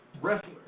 Wrestler